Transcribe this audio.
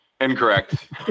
incorrect